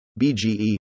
BGE